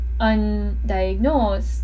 undiagnosed